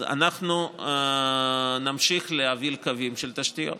אז אנחנו נמשיך להוביל קווים של תשתיות.